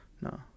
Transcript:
No